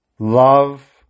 Love